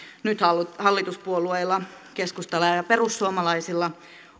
nyt hallituspuolueilla keskustalla ja ja perussuomalaisilla